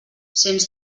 sens